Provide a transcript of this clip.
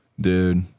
dude